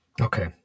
Okay